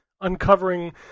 uncovering